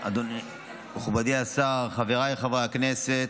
מכבודי השר, חבריי חברי הכנסת,